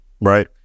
right